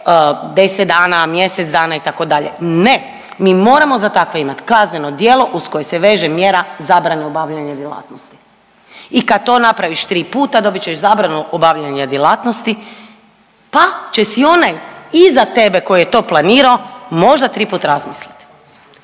10 dana, mjesec dana itd., ne mi moramo za takve imati kazneno djelo uz koje se veže mjera zabrana obavljanja djelatnosti i kad to napraviš tri puta dobit ćeš zabranu obavljanja djelatnosti, pa će si onaj iza tebe koji je to planirao možda tri put razmislit.